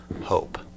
hope